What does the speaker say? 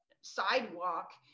sidewalk